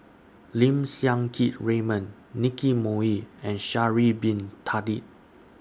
Lim Siang Keat Raymond Nicky Moey and Sha'Ari Bin Tadin